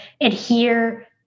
adhere